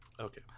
Okay